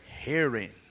Hearing